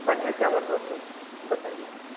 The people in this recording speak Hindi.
बढ़िया चावल हो तो बताइए